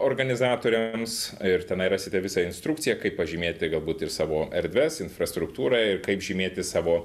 organizatoriams ir tenai rasite visą instrukciją kaip pažymėti galbūt ir savo erdves infrastruktūrą ir kaip žymėti savo